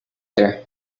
there